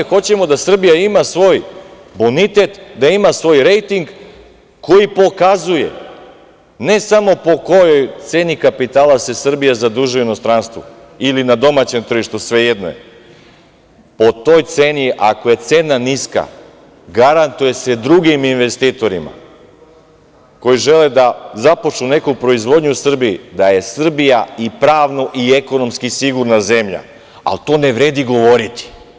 Po nama nije, hoćemo da Srbija ima svoj bonitet, da ima svoj rejting koji pokazuje ne samo po kojoj ceni kapitala se Srbija zadužuje u inostranstvu ili na domaćem tržištu, svejedno je, po toj ceni ako je cena niska, garantuje se drugim investitorima koji žele da započnu neku proizvodnju u Srbiji, da je Srbija i pravno i ekonomski sigurna zemlja, ali to ne vredi govoriti.